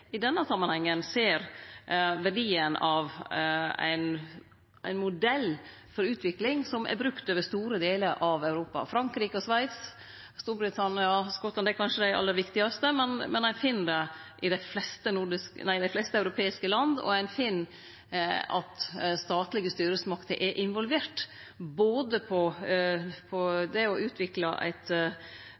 denne samanhengen ser verdien av ein modell for utvikling som er brukt over store deler av Europa. Frankrike, Sveits, Storbritannia og Skottland er kanskje dei aller viktigaste eksempla, men ein finn det i dei fleste europeiske land, og ein finn at statlege styresmakter er involverte både i å utvikle eit regelverk, ein modell som er nasjonal for dei enkelte landa, og også for å